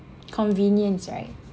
convenience right